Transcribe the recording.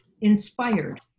inspired